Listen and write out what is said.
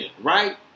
Right